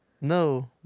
No